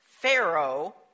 Pharaoh